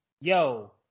yo